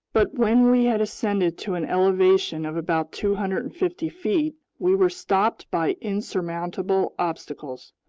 but when we had ascended to an elevation of about two hundred and fifty feet, we were stopped by insurmountable obstacles.